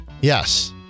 Yes